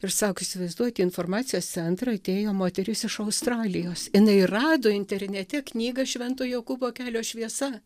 ir sako įsivaizduojat į informacijos centrą atėjo moteris iš australijos jinai rado internete knygą švento jokūbo kelio šviesa